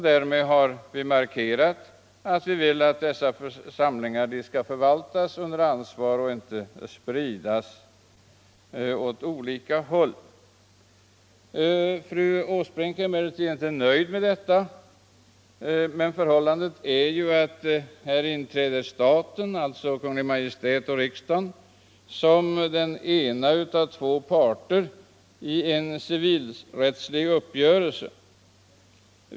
Därmed har vi markerat vår uppfattning att dessa samlingar skall förvaltas under ansvar och inte spridas åt olika håll. Fru Åsbrink är emellertid inte nöjd härmed. Här inträder emellertid staten som den ena av två parter i en civilrättslig uppgörelse.